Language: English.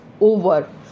over